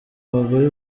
bagore